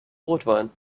rotwein